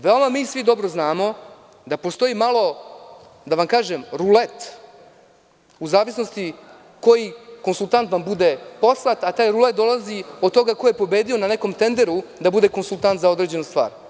Veoma svi mi dobro znamo da postoji malo, da vam kažem, rulet u zavisnosti koji konsultant vam bude poslat, a taj rulet dolazi od toga ko je pobedio na nekom tenderu da bude konsultant za određenu stvar.